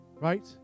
right